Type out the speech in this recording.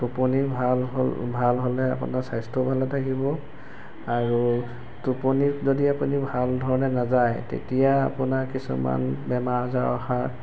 টোপনি ভাল হ'ল ভাল হ'লে আপোনাৰ স্বাস্থ্যও ভালে থাকিব আৰু টোপনি যদি আপুনি ভালধৰণে নাযায় তেতিয়া আপোনাৰ কিছুমান বেমাৰ আজাৰ অহাৰ